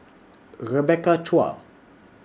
Rebecca Chua